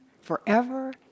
forever